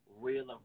real